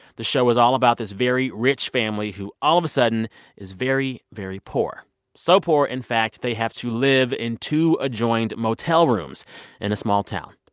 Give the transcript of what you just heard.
the show was all about this very rich family who all of a sudden is very, very poor so poor in fact they have to live in two adjoined motel rooms in a small town.